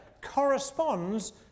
corresponds